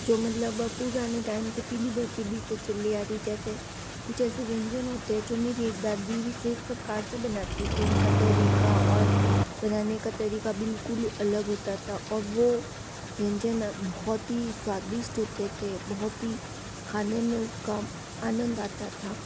जो मतलब पुराने टाइम से पीढ़ी दर पीढ़ी से चली आ रही जैसे कुछ ऐसे व्यंजन होते हैं जो मेरी एक दादी विशेष प्रकार से बनती थी उनका तरीका और बनाने का तरीका बिलकुल अलग होता था और वह व्यंजन बहुत ही स्वादिष्ट होते थे बहुत ही खाने में उसका आनंद आता था